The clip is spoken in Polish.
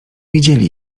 widzieli